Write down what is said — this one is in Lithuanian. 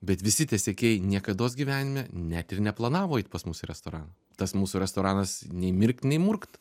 bet visi tie siekiai niekados gyvenime net ir neplanavo eit pas mus į restoraną tas mūsų restoranas nei mirkt nei murkt